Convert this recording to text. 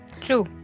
True